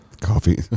Coffee